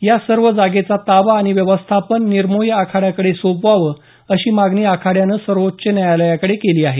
या सर्व जागेचा ताबा आणि व्यवस्थापन निर्मोही आखाड्याकडे सोपवावं अशी मागणी आखाड्यानं सर्वोच्च न्यायालयाकडे केली आहे